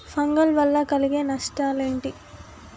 Fungal వల్ల కలిగే నష్టలేంటి?